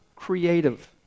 creative